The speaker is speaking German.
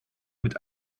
mit